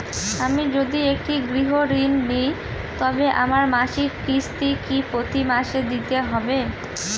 আমি যদি একটি গৃহঋণ নিই তবে আমার মাসিক কিস্তি কি প্রতি মাসে দিতে হবে?